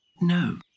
No